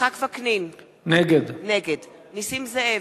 יצחק וקנין, נגד נסים זאב,